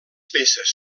peces